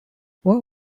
what